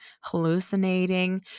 hallucinating